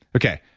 okay.